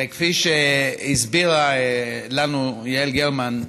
וכפי שהסבירה לנו יעל גרמן,